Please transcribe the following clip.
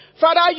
Father